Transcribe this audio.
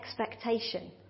expectation